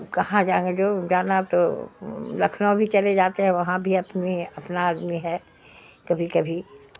کہاں جائیں گے جو جانا تو لکھنؤ بھی چلے جاتے ہیں وہاں بھی اپنی اپنا آدمی ہے کبھی کبھی